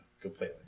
completely